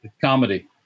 comedy